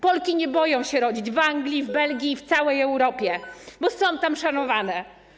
Polki nie boją się rodzić w Anglii, w Belgii i w całej Europie, bo są tam szanowane.